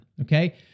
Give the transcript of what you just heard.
Okay